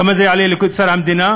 כמה זה יעלה לאוצר המדינה?